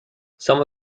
some